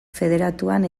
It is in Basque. federatuan